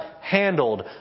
handled